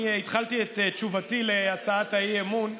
אני התחלתי את תשובתי על הצעת האי-אמון,